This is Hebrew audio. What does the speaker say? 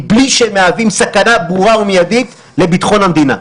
מבלי שהם מהווים סכנה ברורה ומיידית לביטחון המדינה?